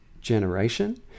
generation